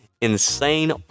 insane